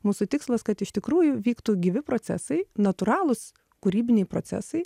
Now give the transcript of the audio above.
mūsų tikslas kad iš tikrųjų vyktų gyvi procesai natūralūs kūrybiniai procesai